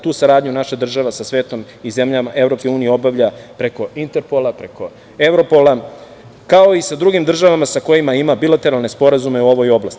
Tu saradnju naša država sa svetom i zemljama EU obavlja preko Interpola, preko Evropola, kao i sa drugim državama sa kojima ima bilateralne sporazume u ovoj oblasti.